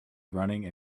running